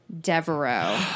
Devereaux